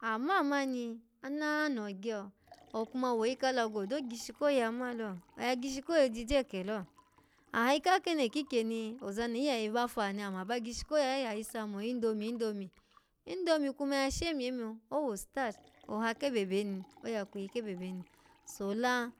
Ama mani ananoho gyo okuma woyi ka alago odo gishi ko yama lo, oya gishi ko yojije kalo aha yi ka keno kikyeni ozani iyaye ba faha ni ama ba gishi yo, ayiso amo indomie indomie indomie kuma ya shemye mbo, owo starch, oha kebebeni oya kwey kebebeni sola